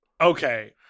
Okay